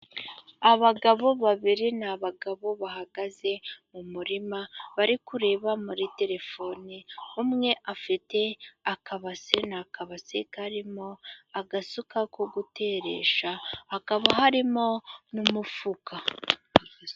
Abagabo babiri, ni abagabo bahagaze mu murima bari kureba muri terefoni. Umwe afite akabase, ni akabase karimo agasuka ko guteresha, hakaba harimo n'umufuka.